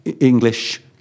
English